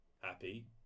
happy